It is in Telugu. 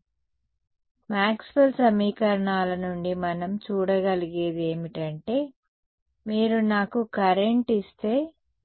కాబట్టి మాక్స్వెల్ సమీకరణాల నుండి మనం చూడగలిగేది ఏమిటంటే మీరు నాకు కరెంట్ ఇస్తే